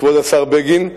כבוד השר בגין,